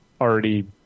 already